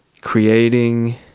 creating